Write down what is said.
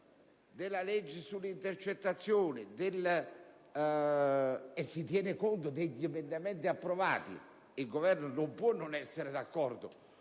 della legge sulle intercettazioni e si tiene conto di emendamenti approvati. Il Governo non può non essere d'accordo